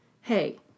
Hey